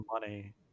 money